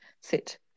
sit